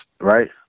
right